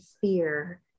fear